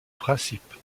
principe